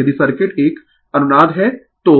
यदि सर्किट एक अनुनाद है तो